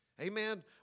Amen